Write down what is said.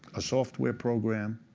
a software program,